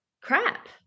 crap